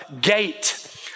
gate